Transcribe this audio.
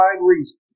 reason